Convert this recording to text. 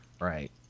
Right